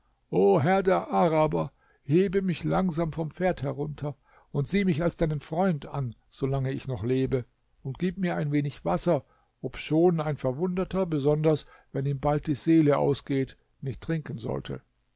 herr der araber hebe mich langsam vom pferd herunter und sieh mich als deinen freund an solange ich noch lebe und gib mir ein wenig wasser obschon ein verwundeter besonders wenn ihm bald die seele ausgeht nicht trinken sollte